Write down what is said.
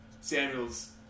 Samuel's